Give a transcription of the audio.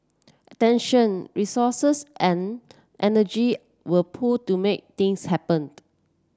attention resources and energy were pooled to make things happen